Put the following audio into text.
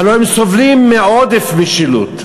הלוא הם סובלים מעודף משילות,